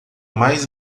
mais